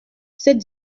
cette